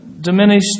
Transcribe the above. diminished